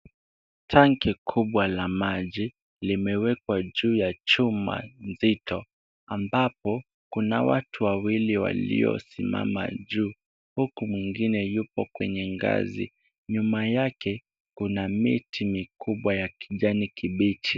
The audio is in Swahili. Tanki kubwa la maji, limewekwa juu ya chuma nzito ambapo kunawatu wawili waliosimama juu. Huku mwingine yupo kwenye ngazi, nyuma yake kuna miti mikubwa ya kijani kibichi.